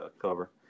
cover